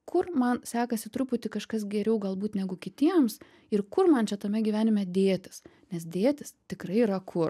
kur man sekasi truputį kažkas geriau galbūt negu kitiems ir kur man čia tame gyvenime dėtis nes dėtis tikrai yra kur